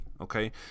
Okay